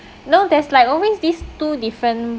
no there's like always this two different